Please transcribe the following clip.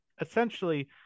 essentially